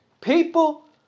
people